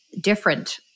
different